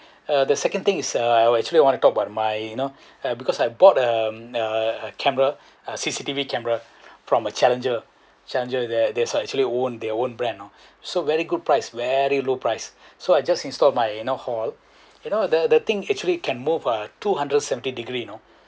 uh the second thing is uh I actually want to talk about my you know because I bought uh uh a camera C_C_T_V camera from uh Challenger c=Challenger there there's actually own their own brand you know so very good price very low price so I just installed my you know hall you know the the thing actually can move uh two hundred seventy degree you know